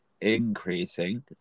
increasing